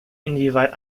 inwieweit